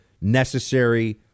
necessary